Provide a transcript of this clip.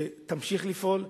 שתמשיך לפעול,